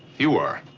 you are.